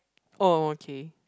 oh okay